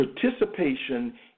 participation